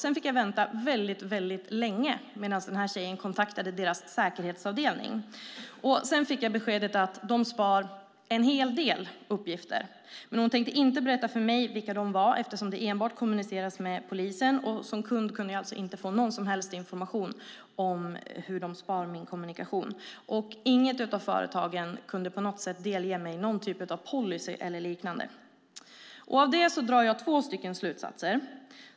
Jag fick därefter vänta väldigt länge medan den här tjejen kontaktade deras säkerhetsavdelning. Sedan fick jag beskedet att de sparar en hel del uppgifter. Men hon tänkte inte berätta för mig vilka de var, eftersom det enbart kommuniceras med polisen. Som kund kunde jag alltså inte få någon som helst information om hur de sparar min kommunikation. Inget av företagen kunde på något sätt delge mig någon typ av policy eller liknande. Av detta drar jag två slutsatser.